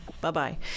Bye-bye